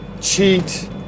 cheat